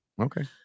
Okay